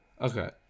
Okay